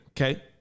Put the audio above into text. okay